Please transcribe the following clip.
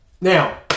Now